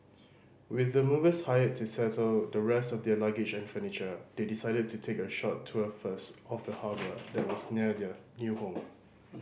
with the movers hired to settle the rest of their luggage and furniture they decided to take a short tour first of the harbour that was near their new home